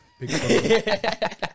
Big